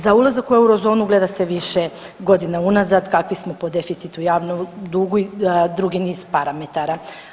Za ulazak u euro zonu gleda se više godina unazad kakvi smo po deficitu, javnom dugu i drugi niz parametara.